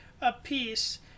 apiece